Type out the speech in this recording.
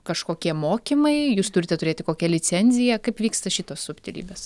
kažkokie mokymai jūs turite turėti kokią licenciją kaip vyksta šitos subtilybės